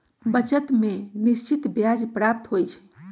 बचत में निश्चित ब्याज प्राप्त होइ छइ